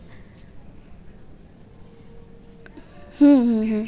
হুম হুম হুম